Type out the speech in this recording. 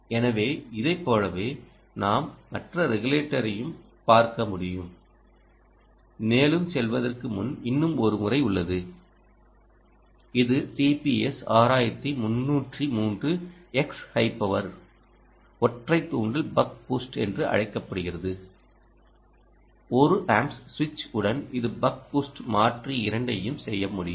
எனவே இதைப் போலவே நாம் மற்ற ரெகுலேட்டரைப் பார்க்க முடியும் மேலும் செல்வதற்கு முன் இன்னும் ஒரு முறை உள்ளது இது டிபிஎஸ் 6303 எக்ஸ் ஹை பவர் ஒற்றை தூண்டல் பக் பூஸ்ட் என்று அழைக்கப்படுகிறது 1 ஆம்ப்ஸ் சுவிட்ச் உடன் இது பக் பூஸ்ட் மாற்றி இரண்டையும் செய்ய முடியும்